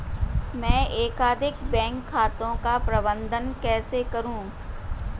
मैं एकाधिक बैंक खातों का प्रबंधन कैसे करूँ?